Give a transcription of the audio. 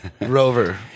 Rover